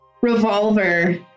revolver